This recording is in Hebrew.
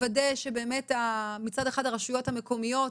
לוודא שבאמת מצד אחד הרשויות המקומיות